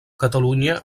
catalunya